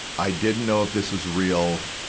i didn't know if this was real.